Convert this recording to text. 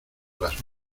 las